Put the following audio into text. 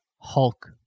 Hulk